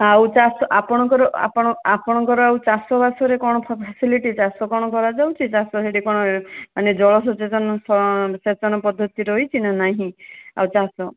ଆଉ ଚାଷ ଆପଣଙ୍କର ଆଉ ଚାଷ ବାସରେ କଣ ଫେସିଲିଟି କି ଚାଷ କଣ କରାଯାଉଛି ଚାଷ ସେଠି କଣ ଜଳ ସଚେତନ ସେଚନ ପଦ୍ଧତି ରହିଛି ନା ନାହିଁ ଆଉ ଚାଷ